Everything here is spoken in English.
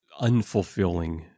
unfulfilling